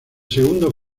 segundo